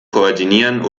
koordinieren